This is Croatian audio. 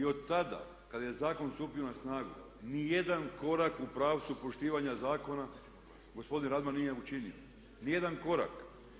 I od tada kada je zakon stupio na snagu niti jedan korak u pravcu poštivanja zakona gospodin Radman nije učinio, ni jedan korak.